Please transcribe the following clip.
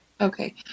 Okay